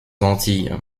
antilles